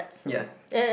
ya